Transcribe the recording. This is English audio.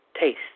taste